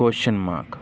question mark